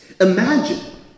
Imagine